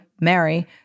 Mary